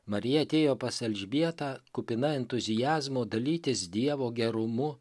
marija atėjo pas elžbietą kupina entuziazmo dalytis dievo gerumu